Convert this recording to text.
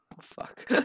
Fuck